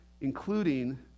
including